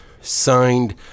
signed